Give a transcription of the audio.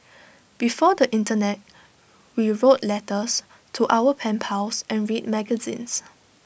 before the Internet we wrote letters to our pen pals and read magazines